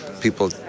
people